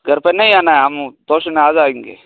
घर पर नहीं आना है हम वह तोशिना आ जाएँगे